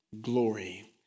glory